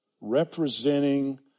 Representing